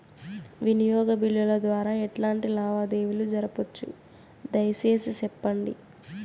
వినియోగ బిల్లుల ద్వారా ఎట్లాంటి లావాదేవీలు జరపొచ్చు, దయసేసి సెప్పండి?